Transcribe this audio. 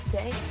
day